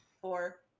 Four